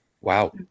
Wow